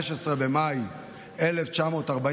15 במאי 1948,